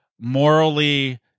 morally